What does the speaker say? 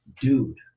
dude